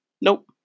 Nope